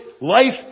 life